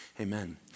Amen